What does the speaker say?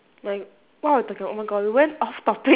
oh my god what were we talking oh my god we went off topic